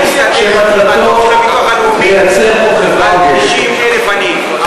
איך מסתדר הדוח של הביטוח הלאומי עם 90,000 עניים?